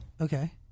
Okay